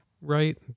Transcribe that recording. right